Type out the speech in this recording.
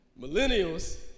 Millennials